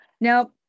now